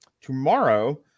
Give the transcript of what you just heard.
tomorrow